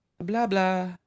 Blah-blah